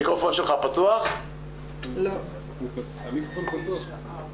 ביום הראשון לכניסתי לתפקיד טסתי להיפגש עם ד"ר בר אושר שנמצאת כאן,